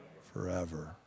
Forever